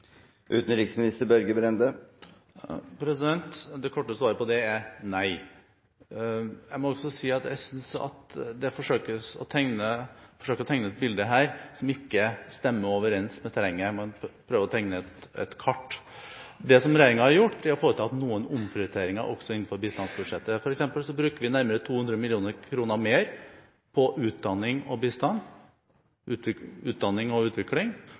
Det korte svaret på det er nei. Jeg må også si at jeg synes at det forsøkes å tegne et bilde her som ikke stemmer overens med terrenget. Jeg må prøve å tegne et kart. Det som regjeringen har gjort, er at den har foretatt noen omprioriteringer også innenfor bistandsbudsjettet. For eksempel bruker vi nærmere 200 mill. kr mer på utdanning og